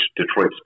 Detroit